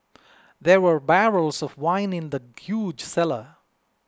there were barrels of wine in the huge cellar